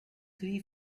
three